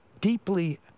deeply